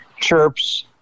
chirps